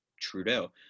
Trudeau